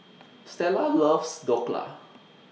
Stella loves Dhokla